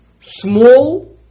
small